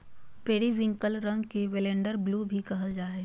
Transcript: periwinkle रंग के lavender blue भी कहल जा हइ